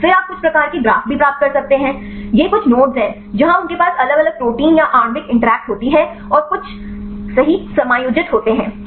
फिर आप कुछ प्रकार के ग्राफ़ भी प्राप्त कर सकते हैं यह कुछ नोड्स हैं जहां उनके पास अलग अलग प्रोटीन या आणविक इंटरैक्ट होती है और कुछ सही समायोजित होते हैं